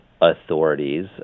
authorities